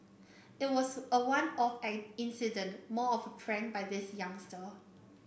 it was a one off incident more of prank by this youngster